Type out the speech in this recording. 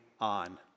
on